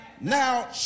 Now